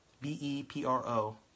b-e-p-r-o